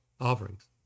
offerings